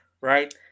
right